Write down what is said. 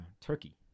Turkey